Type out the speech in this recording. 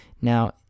Now